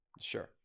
sure